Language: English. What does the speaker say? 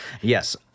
Yes